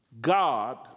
God